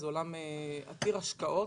זה עולם עתיר השקעות.